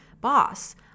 boss